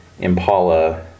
Impala